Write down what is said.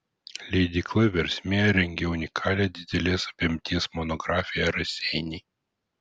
leidykla versmė rengia unikalią didelės apimties monografiją raseiniai